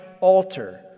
altar